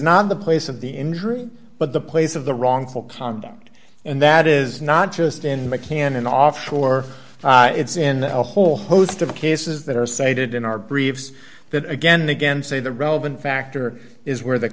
not the place of the injury but the place of the wrongful conduct and that is not just in the canon offshore it's in a whole host of cases that are cited in our briefs that again and again say the relevant factor is whe